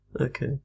Okay